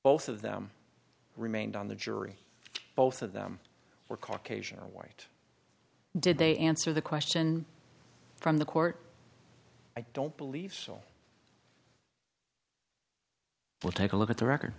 both of them remained on the jury both of them were caucasian white did they answer the question from the court i don't believe so well take a look at the record